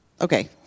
Okay